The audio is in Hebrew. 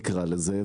נקרא לזה,